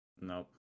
Nope